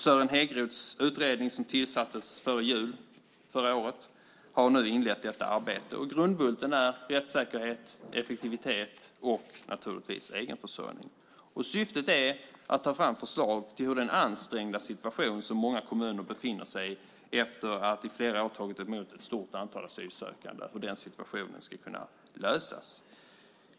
Sören Häggroths utredning som tillsattes före jul förra året har nu inlett detta arbete. Grundbulten är rättssäkerhet, effektivitet och naturligtvis egenförsörjning. Syftet är att ta fram förslag på hur man ska kunna lösa den ansträngda situation som många kommuner befinner sig i efter att de i flera år har tagit emot ett stort antal asylsökande.